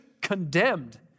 condemned